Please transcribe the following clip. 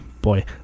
Boy